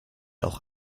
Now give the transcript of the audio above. auch